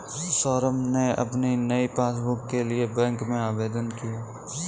सौरभ ने अपनी नई पासबुक के लिए बैंक में आवेदन किया